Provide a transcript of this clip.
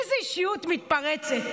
איזו אישיות מתפרצת.